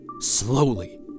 Slowly